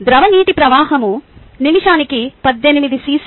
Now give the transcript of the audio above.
ద్రవ నీటి ప్రవాహం నిమిషానికి 18 సిసి